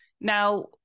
now